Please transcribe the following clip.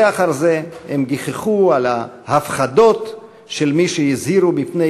זה אחר זה הם גיחכו על ההפחדות של מי שהזהירו מפני